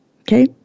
Okay